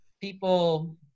people